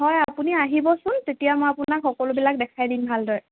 হয় আপুনি আহিবচোন তেতিয়া মই আপোনাক সকলোবিলাক দেখাই দিম ভালদৰে